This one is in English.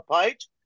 page